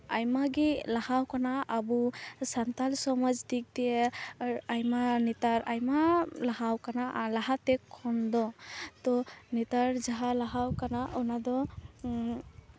ᱟᱭᱢᱟ ᱜᱮ ᱞᱟᱦᱟᱣ ᱠᱟᱱᱟ ᱟᱵᱚ ᱥᱟᱱᱛᱟᱞ ᱥᱚᱢᱟᱡᱽ ᱫᱤᱠ ᱫᱤᱭᱮ ᱟᱭᱢᱟ ᱱᱮᱛᱟᱨ ᱟᱭᱢᱟ ᱞᱟᱦᱟᱣ ᱠᱟᱱᱟ ᱞᱟᱦᱟᱛᱮ ᱠᱷᱚᱱ ᱫᱚ ᱛᱚ ᱱᱮᱛᱟᱨ ᱡᱟᱦᱟᱸ ᱞᱟᱦᱟᱣ ᱠᱟᱱᱟ ᱚᱱᱟ ᱫᱚ